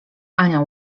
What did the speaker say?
ania